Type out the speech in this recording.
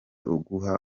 uguha